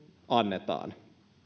annetaan